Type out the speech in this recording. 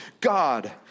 God